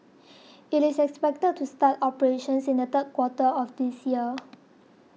it is expected to start operations in the third quarter of this year